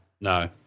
no